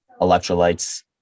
electrolytes